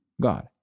God